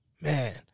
Man